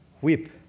whip